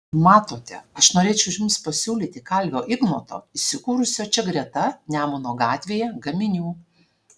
matote aš norėčiau jums pasiūlyti kalvio ignoto įsikūrusio čia greta nemuno gatvėje gaminių